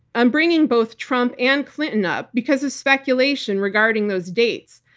i'm bringing both trump and clinton up because of speculation regarding those dates.